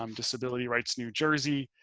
um disability rights, new jersey.